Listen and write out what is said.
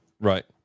Right